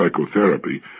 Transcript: psychotherapy